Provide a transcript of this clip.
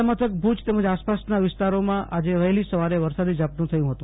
જીલ્લામથક ભુજ તેમજ આસપાસનાં વિસ્તારમાં આજે વહેલી સવારે વરસાદી ઝાપટું થયું છે